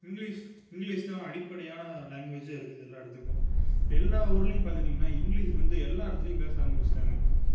English இங்கிலீஷ்தான் அடிப்படையான ஒரு லாங்வேஜாக இருக்குது எல்லா இடத்துக்கும் இப்போ எல்லா ஊர்லையும் பார்த்துட்டிங்கனா இங்கிலீஷ் வந்து எல்லா இடத்துலயும் பேச ஆரம்பிச்சுட்டாங்க